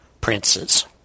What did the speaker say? Princes